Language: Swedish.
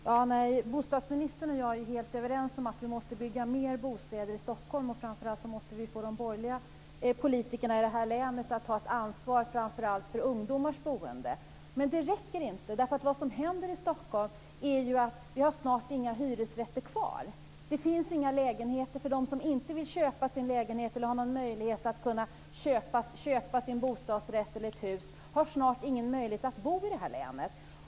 Fru talman! Bostadsministern och jag är helt överens om att det måste byggas mer bostäder i Stockholm. Framför allt måste vi få de borgerliga politikerna i det här länet att ta ett ansvar främst för ungdomars boende. Men det räcker inte med det, för vi har snart inga hyresrätter kvar i Stockholm. Det finns inga lägenheter för dem som inte vill köpa sin lägenhet. De som inte har möjlighet att köpa en bostadsrätt eller ett hus har snart ingen möjlighet att bo i det här länet.